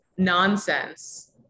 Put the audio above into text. Nonsense